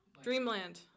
dreamland